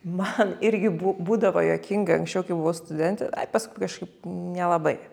man irgi bū būdavo juokinga anksčiau kai buvau studentė paskui kažkaip nelabai